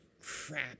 crap